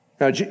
Now